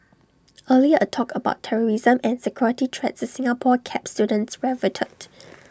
earlier A talk about terrorism and security threats to Singapore kept students riveted